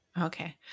Okay